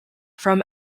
from